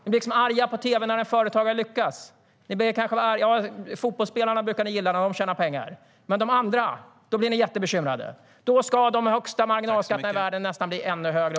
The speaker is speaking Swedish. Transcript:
Ni blir arga när ni ser på tv att någon företagare har lyckats. Ni brukar gilla när fotbollsspelare tjänar pengar, men när det är andra blir ni jättebekymrade. Då ska de högsta marginalskatterna i världen nästan bli ännu högre.